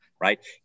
right